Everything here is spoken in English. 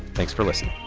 thanks for listening